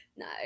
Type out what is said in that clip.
No